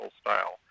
style